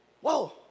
Whoa